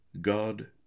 God